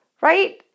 right